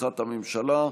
בתמיכת הממשלה.